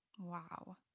Wow